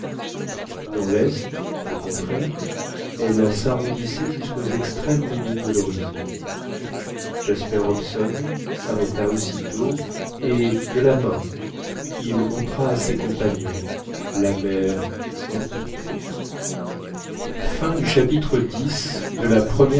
dans l'est au contraire elle s'arrondissait jusqu'aux extrêmes limites de l'horizon jasper hobson s'arrêta aussitôt et de la main il montra à ses compagnons la mer sans limites xi en suivant la